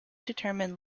determined